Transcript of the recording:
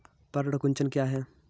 पर्ण कुंचन क्या है?